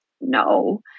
No